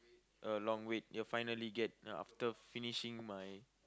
a long wait finally get ya after finishing my